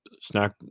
snack